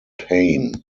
payne